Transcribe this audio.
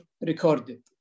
recorded